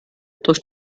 durch